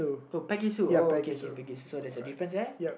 so Peggy Sue oh okay K Peggy Sue so there's a difference ya